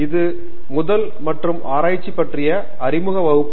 இது முதல் மற்றும் ஆராய்ச்சி பற்றிய அறிமுக வகுப்பு